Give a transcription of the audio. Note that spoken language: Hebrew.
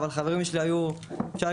אבל החברים שלי היו "מחוקים",